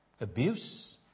Abuse